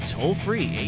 Toll-free